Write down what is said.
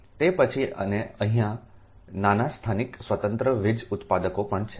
તે પછી અને અહીં નાના સ્થાનિક સ્વતંત્ર વીજ ઉત્પાદકો પણ છે